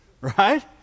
Right